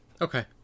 okay